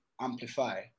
Amplify